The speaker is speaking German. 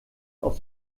auf